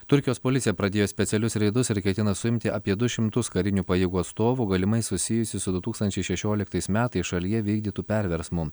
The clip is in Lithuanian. turkijos policija pradėjo specialius reidus ir ketina suimti apie du šimtus karinių pajėgų atstovų galimai susijusių su du tūkstančiai šešioliktais metais šalyje vykdytų perversmu